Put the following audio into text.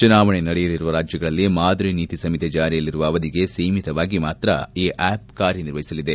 ಚುನಾವಣೆ ನಡೆಯಲಿರುವ ರಾಜ್ಯಗಳಲ್ಲಿ ಮಾದರಿ ನೀತಿಸಂಹಿತೆ ಜಾರಿಯಲ್ಲಿರುವ ಅವಧಿಗೆ ಸೀಮಿತವಾಗಿ ಮಾತ್ರ ಈ ಆ್ಟಪ್ ಕಾರ್ಯನಿರ್ವಹಿಸಲಿದೆ